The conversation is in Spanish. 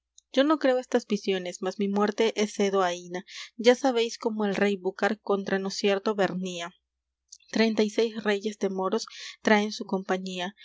yo no creo estas visiones mas mi muerte es cedo aína ya sabéis cómo el rey búcar contra nos cierto vernía treinta y seis reyes de moros trae en su compañía